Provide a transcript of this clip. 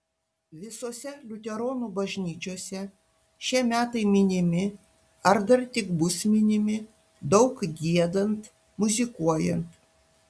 visose liuteronų bažnyčiose šie metai minimi ar dar tik bus minimi daug giedant muzikuojant